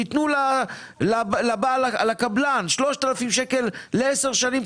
תיתנו לקבלן 3,000 שקל לעשר שנים,